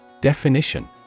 Definition